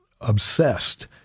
obsessed